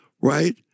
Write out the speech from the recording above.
right